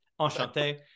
enchanté